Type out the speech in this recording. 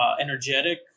energetic